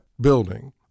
building